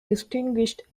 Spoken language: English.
distinguished